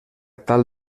tal